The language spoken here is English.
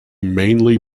mainly